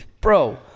Bro